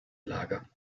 lager